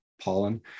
pollen